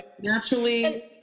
naturally